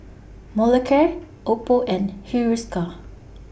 Molicare Oppo and Hiruscar